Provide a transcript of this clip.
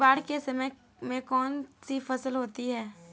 बाढ़ के समय में कौन सी फसल होती है?